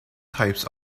types